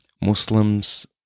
Muslims